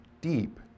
deep